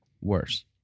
worse